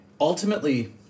Ultimately